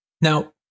Now